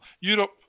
Europe